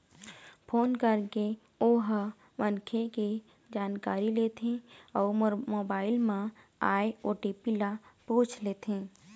phone करके ओ ह मनखे के जानकारी लेथे अउ मोबाईल म आए ओ.टी.पी ल पूछ लेथे